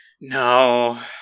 No